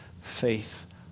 faith